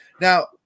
Now